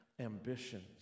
ambitions